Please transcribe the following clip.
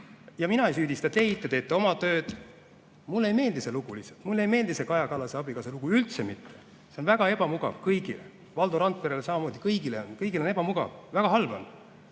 Ja mina ei süüdista teid, te teete oma tööd. Mulle ei meeldi see lugu lihtsalt, mulle ei meeldi see Kaja Kallase abikaasa lugu üldse mitte, see on väga ebamugav kõigile. Valdo Randperele samamoodi. Kõigile on. Kõigil on ebamugav, väga halb on.